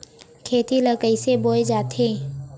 खेती ला कइसे बोय जाथे?